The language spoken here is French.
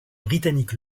britannique